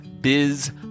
Biz